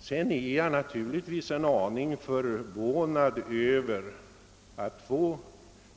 Sedan är jag naturligtvis en aning förvånad över att två